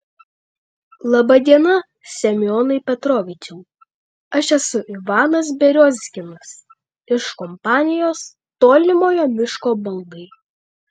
laba diena semionai petrovičiau aš esu ivanas beriozkinas iš kompanijos tolimojo miško baldai